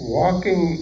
walking